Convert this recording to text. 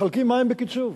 מחלקים מים בקיצוב.